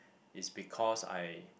is because I